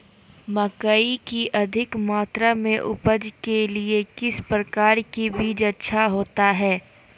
मकई की अधिक मात्रा में उपज के लिए किस प्रकार की बीज अच्छा होता है?